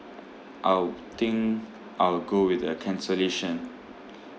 I'll think I'll go with the cancellation